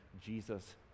jesus